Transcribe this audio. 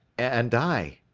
and i,